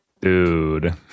Dude